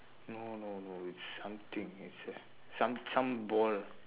no no no it's something it's a some some ball